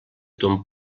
ton